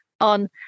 on